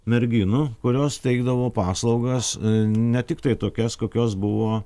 merginų kurios teikdavo paslaugas ne tiktai tokias kokios buvo